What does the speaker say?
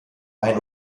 ein